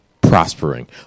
prospering